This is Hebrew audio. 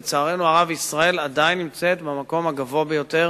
לצערנו הרב ישראל עדיין במקום הגבוה ביותר